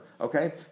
Okay